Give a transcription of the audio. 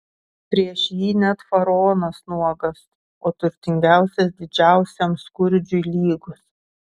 prieš jį net faraonas nuogas o turtingiausias didžiausiam skurdžiui lygus